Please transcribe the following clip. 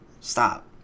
Stop